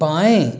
बाएं